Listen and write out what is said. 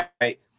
right